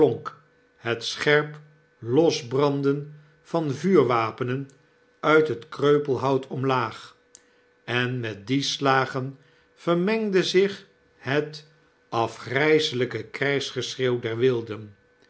het scherp losbranden van vuurwapenen uit het kreupelhout omlaag en met die slagen vermengde zich het afgryselyke krygsgeschreeuw der wilden